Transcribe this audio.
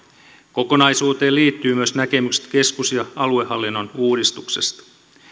kokonaisuuteen liittyvät myös näkemykset keskus ja aluehallinnon uudistuksesta